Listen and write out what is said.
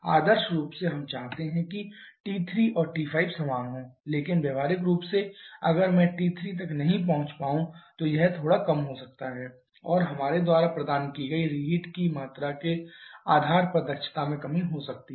आदर्श रूप से हम चाहते हैं कि T3 और T5 समान हों लेकिन व्यावहारिक रूप से अगर मैं T3 तक नहीं पहुंच पाऊं तो यह थोड़ा कम हो सकता है और हमारे द्वारा प्रदान की गई रीहीट की मात्रा के आधार पर दक्षता में कमी हो सकती है